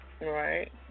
Right